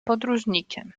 podróżnikiem